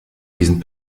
diesen